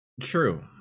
True